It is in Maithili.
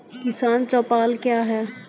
किसान चौपाल क्या हैं?